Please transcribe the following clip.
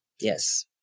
Yes